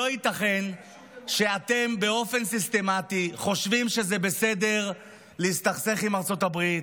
לא ייתכן שבאופן סיסטמטי אתם חושבים שזה בסדר להסתכסך עם ארצות הברית,